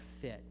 fit